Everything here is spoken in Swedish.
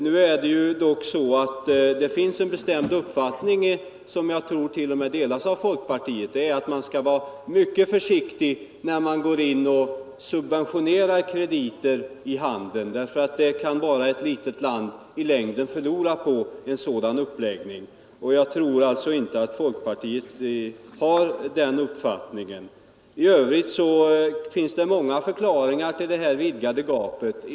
Nu är det dock så att det finns en bestämd uppfattning — jag tror t.o.m. att den delas av folkpartiet — att man skall vara mycket försiktig när man går in och subventionerar krediter i handeln. Det kan ett litet land i längden bara förlora på. Jag tror alltså inte att folkpartiet har uppfattningen att vi skall göra det. I övrigt finns det många förklaringar till detta vidgade gap.